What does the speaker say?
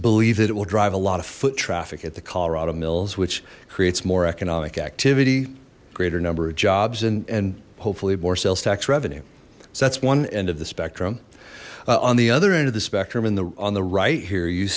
believed that it will drive a lot of foot traffic at the colorado mills which creates more economic activity greater number of jobs and and hopefully more sales tax revenue so that's one end of the spectrum on the other end of the spectrum and the on the right here you